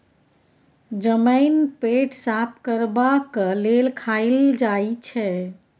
जमैन पेट साफ करबाक लेल खाएल जाई छै